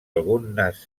algunes